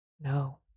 No